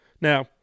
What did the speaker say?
Now